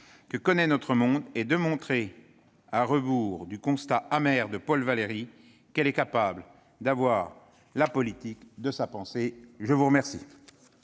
que connaît notre monde et de montrer, à rebours du constat amer de Paul Valéry, qu'elle est capable d'avoir « la politique de sa pensée ». La parole